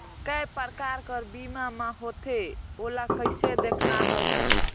काय प्रकार कर बीमा मा होथे? ओला कइसे देखना है?